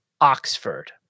Oxford